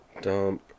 dump